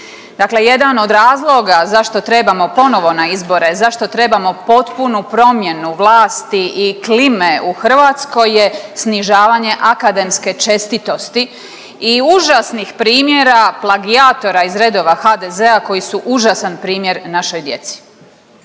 na izbore, zašto trebamo potpunu promjenu vlasti i klime u Hrvatskoj je snižavanje akademske čestitosti i užasnih primjera plagijatora iz redova HDZ-a koji su užasan primjer našoj djeci.